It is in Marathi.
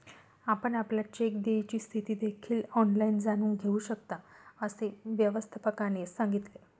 आपण आपल्या चेक देयची स्थिती देखील ऑनलाइन जाणून घेऊ शकता, असे व्यवस्थापकाने सांगितले